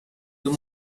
the